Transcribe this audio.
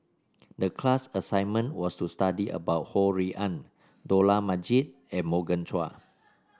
the class assignment was to study about Ho Rui An Dollah Majid and Morgan Chua